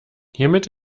hiermit